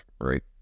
right